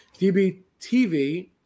DBTV